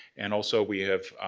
and also we have,